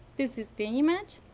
this is the image